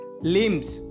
limbs